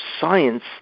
science